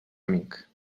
amic